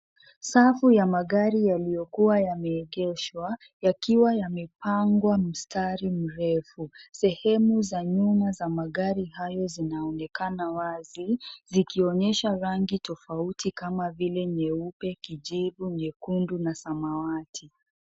Safu ya magari yaliyokuwa yameegeshwa yakiwa yamepangwa mstari mrefu. Sehemu za nyuma za magari hayo zinaonekana wazi zikionyesha rangi tofauti kama vile nyeupe, kijivu, nyekundu na samawati.